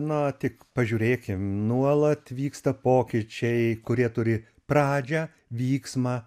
na tik pažiūrėkim nuolat vyksta pokyčiai kurie turi pradžią vyksmą